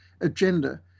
agenda